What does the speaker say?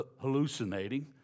hallucinating